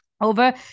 over